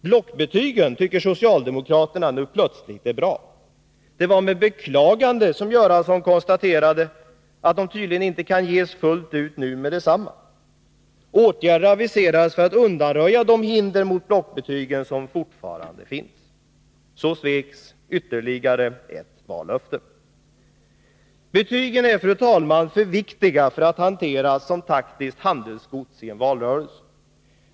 Blockbetygen tycker socialdemokraterna nu plötsligt är bra. Det är med beklagande Bengt Göransson konstaterar att de tydligen inte kan ges fullt ut med detsamma. Åtgärder aviseras för att undanröja de hinder mot blockbetygen som fortfarande finns. Så sviks ytterligare ett vallöfte. Betygen är för viktiga för att hanteras som taktiskt handelsgods i en valrörelse.